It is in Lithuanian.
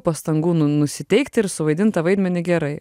pastangų nu nusiteikti ir suvaidint tą vaidmenį gerai